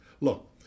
Look